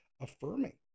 affirming